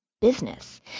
business